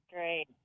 Great